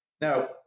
Now